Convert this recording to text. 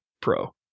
Pro